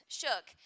shook